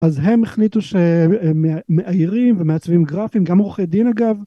אז הם החליטו שמאיירים ומעצבים גרפים גם עורכי דין אגב